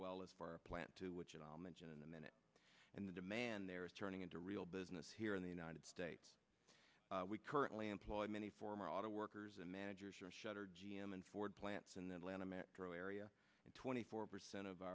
well as plant two which i'll mention in a minute and the demand there is turning into real business here in the united states we currently employed many former auto workers and managers are shuttered g m and ford plants in the atlanta metro area twenty four percent of